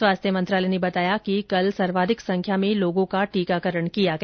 स्वास्थ्य मंत्रालय ने बताया कि कल सर्वाधिक संख्या में लोगों का टीकाकरण किया गया